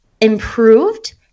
improved